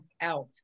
out